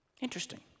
Interesting